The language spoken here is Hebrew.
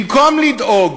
במקום לדאוג